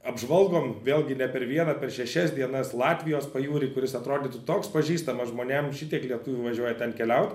apžvalgom vėlgi ne per vieną per šešias dienas latvijos pajūrį kuris atrodytų toks pažįstamas žmonėm šitiek lietuvių važiuoja ten keliaut